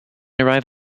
arrive